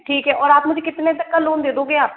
ठीक है और आप मुझे कितने तक का लोन दे दोगे आप